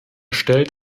stellt